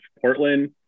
Portland